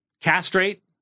castrate